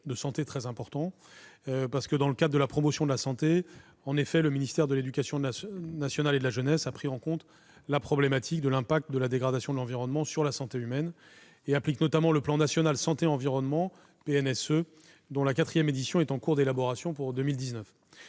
de santé très important. Dans le cadre de la promotion de la santé, le ministère de l'éducation nationale et de la jeunesse a en effet pris en compte la problématique de l'impact de la dégradation de l'environnement sur la santé humaine et applique notamment le plan national santé-environnement, le PNSE, dont la quatrième édition est en cours d'élaboration pour 2019